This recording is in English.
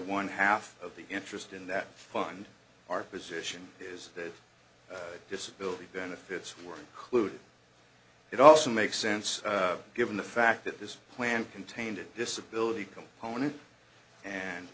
one half of the interest in that fund our position is that disability benefits were included it also makes sense given the fact that this plan contained it disability component and